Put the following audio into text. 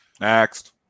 Next